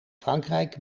frankrijk